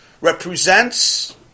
represents